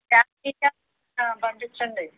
మీ క్యాన్లో పంపిచండి